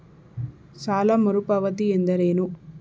ಸಾಲ ಮರುಪಾವತಿ ಎಂದರೇನು?